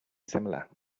similar